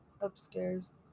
upstairs